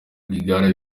rwigara